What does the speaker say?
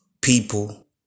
People